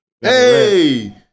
Hey